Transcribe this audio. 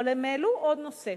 אבל הן העלו עוד נושא.